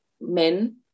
men